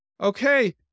Okay